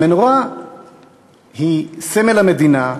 המנורה היא סמל המדינה,